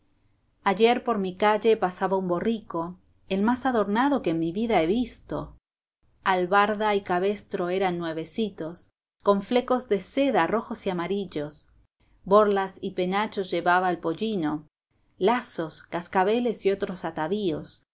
ayer por mi calle pasaba un borrico el más adornado que en mi vida he visto albarda y cabestro eran nuevecitos con flecos de seda rojos y amarillos borlas y penacho llevaba el pollino lazos cascabeles y otros atavíos